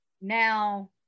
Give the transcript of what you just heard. now